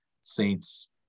Saints